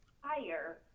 higher